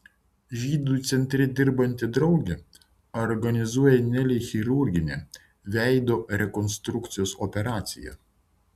žydų centre dirbanti draugė organizuoja nelei chirurginę veido rekonstrukcijos operaciją